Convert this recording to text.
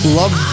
love